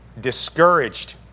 discouraged